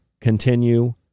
continue